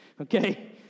okay